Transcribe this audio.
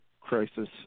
crisis